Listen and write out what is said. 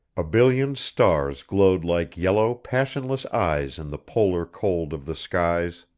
a billion stars glowed like yellow, passionless eyes in the polar cold of the skies